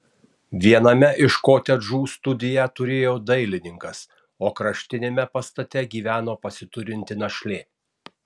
viename iš kotedžų studiją turėjo dailininkas o kraštiniame pastate gyveno pasiturinti našlė